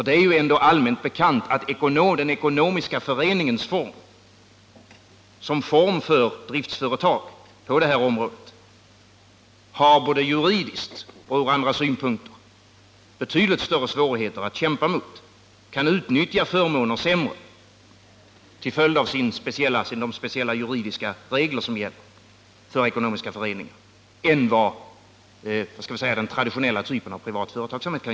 Det är ju ändå allmänt bekant att den ekonomiska föreningen som form för driftsföretag på detta område från både juridiska och andra synpunkter har betydligt större svårigheter att bekämpa. Till fölid av de speciella juridiska regler som gäller kan de ekonomiska föreningarna betydligt sämre utnyttja förmåner än den traditionella typen av privat företagsamhet.